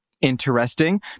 interesting